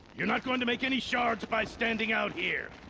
you're not going to make any shards by standing out here.